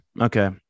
Okay